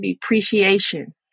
depreciation